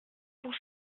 pour